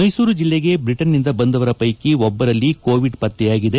ಮೈಸೂರು ಜಿಲ್ಲೆಗೆ ಬ್ರಿಟನ್ನಿಂದ ಬಂದವರ ಪೈಕಿ ಒಬ್ಬರಲ್ಲಿ ಕೋವಿಡ್ ಪತ್ತೆಯಾಗಿದೆ